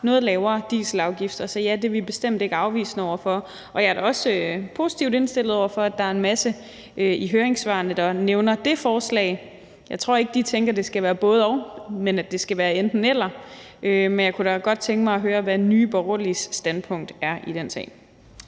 noget lavere dieselafgifter. Så ja, det er vi bestemt ikke afvisende over for, og jeg er da også positivt indstillet over for, at der er en masse høringsparter, der i høringssvarene nævner det forslag. Jeg tror ikke, de tænker, at det skal være både-og, men at det skal være enten-eller. Men jeg kunne da godt tænke mig at høre, hvad Nye Borgerliges standpunkt er i den sag.